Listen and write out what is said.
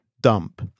dump